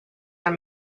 are